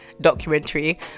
documentary